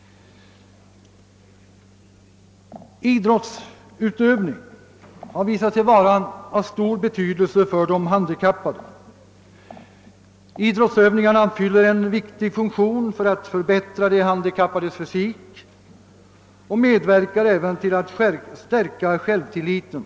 Idrottsutövning har visat sig vara av stor betydelse för de handikappade. Idrottsövningar fyller en viktig funktion när det gäller att förbättra de handikappades fysik och medverkar även till att stärka självtilliten.